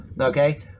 okay